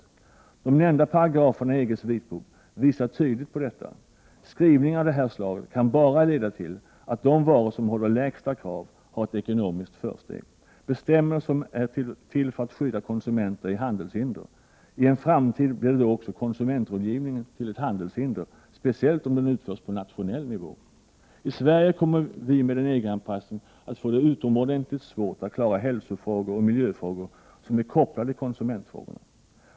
De nämnda paragraferna i EG:s vitbok visar tydligt på detta. Skrivningar av detta slag kan bara leda till att de varor som har en lägsta kvalitet har ett ekonomiskt försteg. Bestämmelser som är till för att skydda konsumenter är handelshinder. I en framtid blir då också konsumentrådgivning till handelshinder, speciellt om den utförs på nationell nivå. I Sverige kommer vi med en EG-anpassning att få det utomordentligt svårt att klara hälsofrågor och miljöfrågor som är kopplade till konsumentfrågorna.